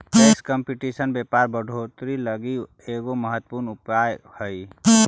tax competition व्यापार बढ़ोतरी लगी एगो महत्वपूर्ण उपाय हई